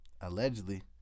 allegedly